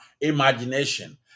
imagination